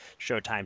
Showtime